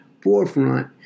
forefront